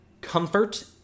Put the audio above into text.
comfort